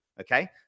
okay